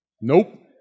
nope